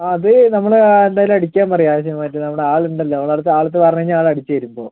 അത് നമ്മൾ എന്തായാലും അടിക്കാൻ പറയാം അത് മറ്റെ നമ്മുടെ ആളുണ്ടല്ലോ നമ്മുടെയടുത്ത് ആളുടെ അടുത്ത് പറഞ്ഞ് കഴിഞ്ഞാൽ ആൾ അടിച്ച് തരും ഇപ്പോൾ